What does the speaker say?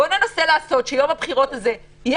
בואו ננסה לעשות שיום הבחירות הזה תהיה